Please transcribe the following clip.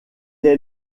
est